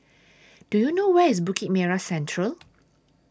Do YOU know Where IS Bukit Merah Central